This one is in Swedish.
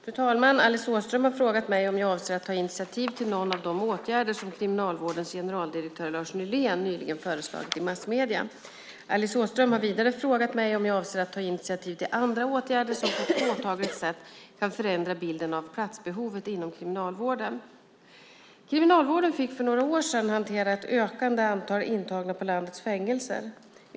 Fru talman! Alice Åström har frågat mig om jag avser att ta initiativ till någon av de åtgärder som Kriminalvårdens generaldirektör Lars Nylén nyligen föreslagit i massmedia. Alice Åström har vidare frågat mig om jag avser att ta initiativ till andra åtgärder som på ett påtagligt sätt kan förändra bilden av platsbehovet inom kriminalvården. Kriminalvården fick för några år sedan hantera ett ökande antal intagna på landets fängelser.